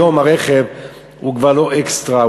היום רכב הוא כבר לא אקסטרה,